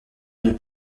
une